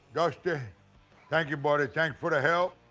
dusty, thank you, buddy. thanks for the help,